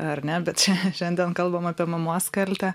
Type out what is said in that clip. ar ne bet čia šiandien kalbam apie mamos kaltę